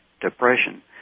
depression